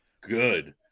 good